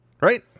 Right